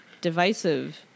divisive